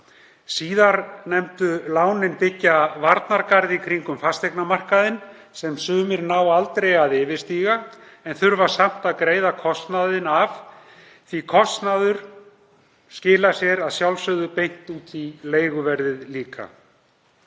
Síðarnefndu lánin byggja varnargarð í kringum fasteignamarkaðinn sem sumir ná aldrei að yfirstíga en þurfa samt að greiða kostnaðinn af því að kostnaður skilar sér að sjálfsögðu beint út í leiguverðið líka.